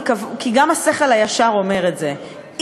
כי גם השכל הישר אומר את זה,